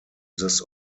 this